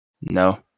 No